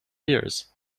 years